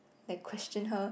like question her